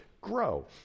grow